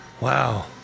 Wow